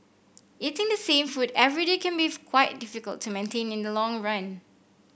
eating the same food every day can be quite difficult to maintain in the long run